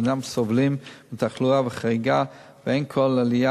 אינם סובלים מתחלואה חריגה ואין כל עלייה